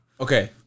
Okay